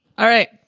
alright,